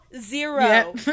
zero